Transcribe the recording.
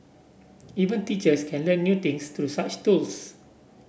even teachers can learn new things through such tools